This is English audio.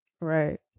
Right